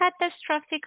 catastrophic